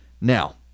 Now